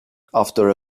after